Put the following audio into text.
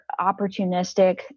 opportunistic